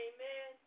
Amen